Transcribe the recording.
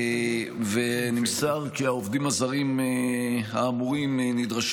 ונמסר כי העובדים הזרים האמורים נדרשים